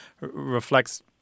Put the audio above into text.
reflects